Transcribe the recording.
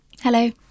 Hello